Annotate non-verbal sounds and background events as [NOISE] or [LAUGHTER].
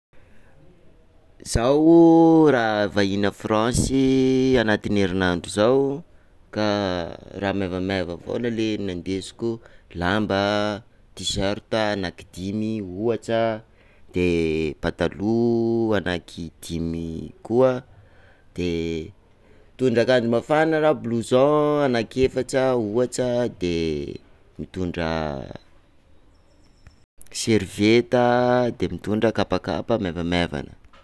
Zaho raha vahiny à France anatin'ny herinandro zao, ka [HESITATION] raha maivamaiva avao ley no ndesiko, lamba t-shirt anakidimy ohatra, de [HESITATION] pataloha anakidimy koa, de [HESITATION] mitondra akanjo mafana r'aho blouson anakiefatra ohatra de mitondra [HESITATION] servieta de mitondra kapakapa maivamaivana.